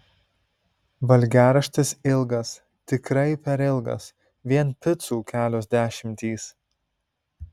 valgiaraštis ilgas tikrai per ilgas vien picų kelios dešimtys